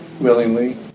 willingly